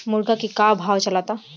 मुर्गा के का भाव चलता?